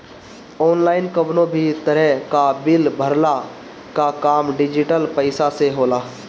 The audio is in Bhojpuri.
ऑनलाइन कवनो भी तरही कअ बिल भरला कअ काम डिजिटल पईसा से होला